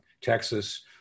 Texas